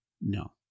No